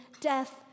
death